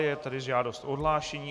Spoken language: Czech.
Je tady žádost o odhlášení.